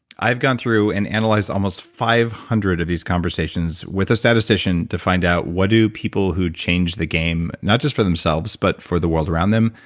i've gone through and analyzed almost five hundred of these conversations with a statistician to find out what do people who change the game, not just for themselves, but for the world around them,